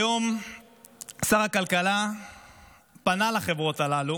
היום שר הכלכלה פנה לחברות הללו